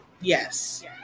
Yes